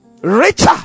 Richer